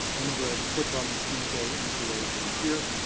i'm going to go ahead and click on the c d k n two a gene here